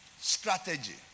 strategy